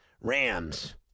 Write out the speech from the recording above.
Rams